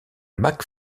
mac